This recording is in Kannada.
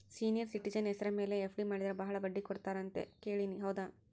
ಸೇನಿಯರ್ ಸಿಟಿಜನ್ ಹೆಸರ ಮೇಲೆ ಎಫ್.ಡಿ ಮಾಡಿದರೆ ಬಹಳ ಬಡ್ಡಿ ಕೊಡ್ತಾರೆ ಅಂತಾ ಕೇಳಿನಿ ಹೌದಾ?